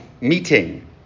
meeting